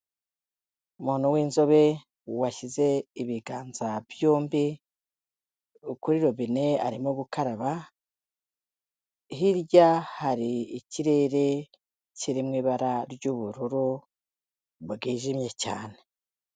Umuntu w'inzobe washyize ibiganza byombi kuri robine arimo gukaraba, hirya hari ikirere kiri mu ibara ry'ubururu bwijimye cyane.